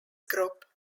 group